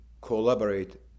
collaborate